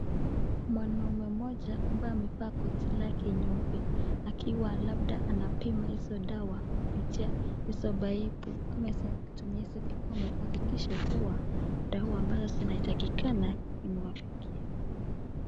Mwanaume mmoja ambaye amevaa koti lake nyeupe, akiwa labda anapima hizo dawa kupitia hizo paipu ama aweza kutumia hizo vikombe kuhakikisha kuwa dawa ambayo zinatakikana imewafikia.